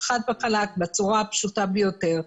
חד וחלק, בצורה הפשוטה ביותר.